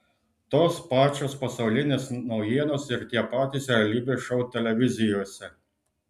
tos pačios pasaulinės naujienos ir tie patys realybės šou televizijose